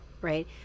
right